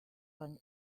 van